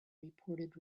reported